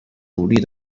努力